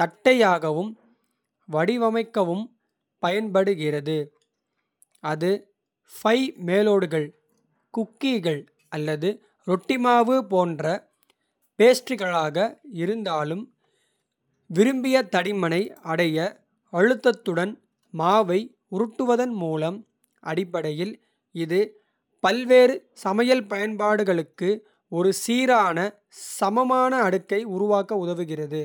தட்டையாகவும். வடிவமைக்கவும் பயன்படுகிறது அது பை மேலோடுகள். குக்கீகள் அல்லது ரொட்டி மாவு போன்ற பேஸ்ட்ரிகளாக. இருந்தாலும் விரும்பிய தடிமனை அடைய. அழுத்தத்துடன் மாவை உருட்டுவதன் மூலம். அடிப்படையில் இது பல்வேறு சமையல் பயன்பாடுகளுக்கு. ஒரு சீரான சமமான அடுக்கை உருவாக்க உதவுகிறது.